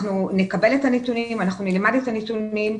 אנחנו נקבל את הנתונים ונלמד אותם.